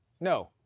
No